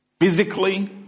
physically